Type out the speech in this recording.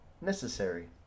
necessary